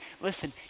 Listen